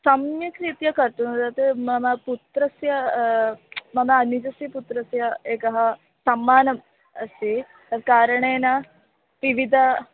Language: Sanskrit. सम्यक् रीत्या कर्तुं मम पुत्रस्य मम अनुजस्य पुत्रस्य एकः सम्माननम् अस्ति तत् कारणेन विविधम्